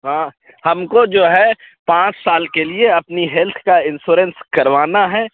ہاں ہم کو جو ہے پانچ سال کے لیے اپنی ہیلتھ کا انشورنس کروانا ہے